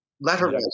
Letter